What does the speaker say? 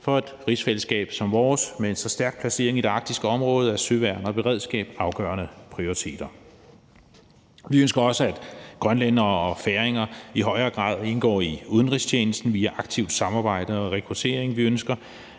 for et rigsfællesskab som vores med en så stærk placering i det arktiske område er søværn og beredskab afgørende prioriteter. Vi ønsker også, at grønlændere og færinger i højere grad indgår i udenrigstjenesten via aktivt samarbejde og rekruttering. Vi ønsker,